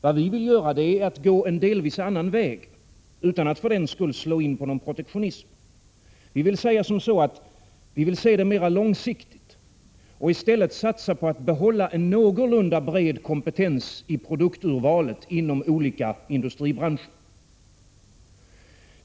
Vad vi vill göra är att gå en delvis annan väg utan att för den skull gå in på någon protektionism. Vi vill se det mer långsiktigt och i stället satsa på att behålla en någorlunda bred kompetens i produkturvalet inom olika industribranscher.